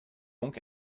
donc